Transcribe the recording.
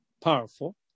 powerful